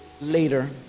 later